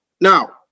Now